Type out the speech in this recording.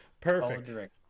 Perfect